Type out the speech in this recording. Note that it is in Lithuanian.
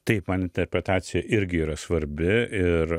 taip man interpretacija irgi yra svarbi ir